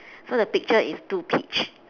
so the picture is two peach